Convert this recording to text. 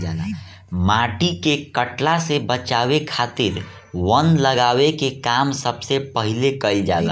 माटी के कटला से बचावे खातिर वन लगावे के काम सबसे पहिले कईल जाला